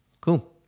Cool